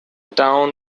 town